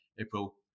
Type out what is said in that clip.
April